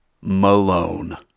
Malone